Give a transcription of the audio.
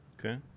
okay